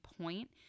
point